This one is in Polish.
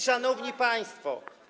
Szanowni Państwo!